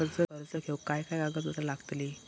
कर्ज घेऊक काय काय कागदपत्र लागतली?